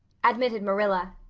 admitted marilla,